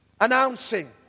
announcing